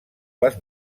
les